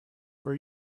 where